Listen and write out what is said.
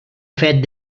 fet